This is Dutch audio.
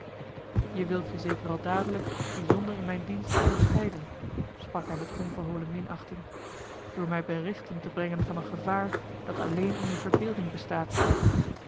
je wilt je zeker al dadelijk bijzonder in mijn dienst onderscheiden sprak hij met onverholen minachting door mij berichten te brengen van een gevaar dat alleen in je verbeelding bestaat